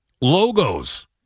logos